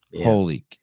Holy